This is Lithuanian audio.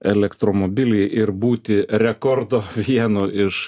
elektromobilį ir būti rekordo vienu iš